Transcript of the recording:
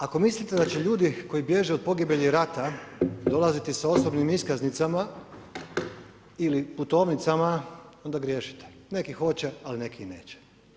Ako mislite da će ljudi koji bježe od pogibelji rata dolaziti sa osobnim iskaznicama ili putovnicama, onda griješite, neki hoće, ali neki i neće.